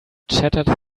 chattered